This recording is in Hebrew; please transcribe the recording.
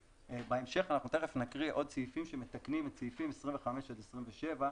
בהמשך אנחנו תכף נקריא עוד סעיפים שמתקנים את סעיפים 25 עד 27,